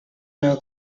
know